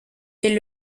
est